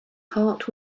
heart